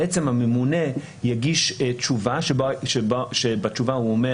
בעצם הממונה יגיש תשובה כאשר בתשובה הוא אומר